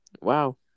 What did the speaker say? wow